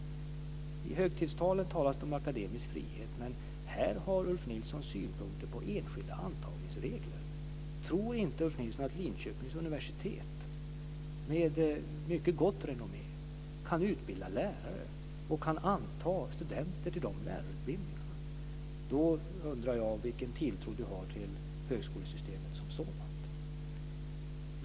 I högtidstalen framhålls den akademiska friheten, men Ulf Nilsson har här synpunkter på enskilda antagningsregler. Tror inte Ulf Nilsson att Linköpings universitet, som har ett mycket gott renommé, kan utbilda lärare och anta studenter till sina lärarutbildningar? Då undrar jag vilken tilltro han har till högskolesystemet som sådant.